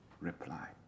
reply